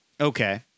Okay